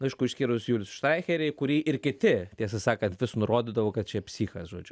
aišku išskyrus juls štaicherį kurį ir kiti tiesą sakant vis nurodydavo kad čia psichas žodžiu